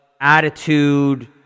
attitude